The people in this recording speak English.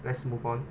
let's move on